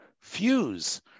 fuse